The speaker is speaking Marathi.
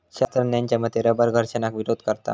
शास्त्रज्ञांच्या मते रबर घर्षणाक विरोध करता